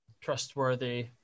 trustworthy